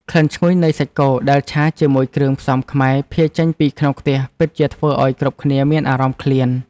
ក្លិនឈ្ងុយនៃសាច់គោដែលឆាជាមួយគ្រឿងផ្សំខ្មែរភាយចេញពីក្នុងខ្ទះពិតជាធ្វើឱ្យគ្រប់គ្នាមានអារម្មណ៍ឃ្លាន។